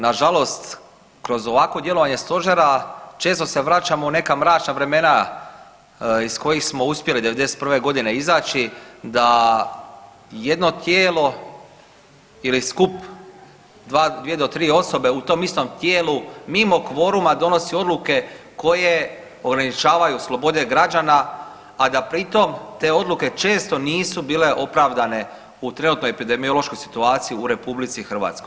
Nažalost, kroz ovakvo djelovanje Stožera, često se vraćamo u neka mračna vremena iz kojih smo uspjeli '91. izaći da jedno tijelo ili skup 2 do 3 osobe u tom istom tijelu mimo kvoruma donosi odluke koje ograničavaju slobode građana, a da pritom te odluke često nisu bile opravdane u trenutnoj epidemiološkoj situaciji u RH.